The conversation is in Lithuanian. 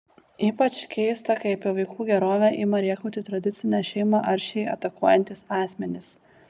ypač keista kai apie vaikų gerovę ima rėkauti tradicinę šeimą aršiai atakuojantys asmenys